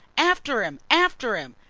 after him after him!